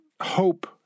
hope